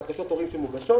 בקשות הורים שמוגשות,